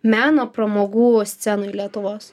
meno pramogų scenoj lietuvos